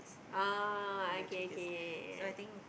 ah okay okay yeah yeah yeah yeah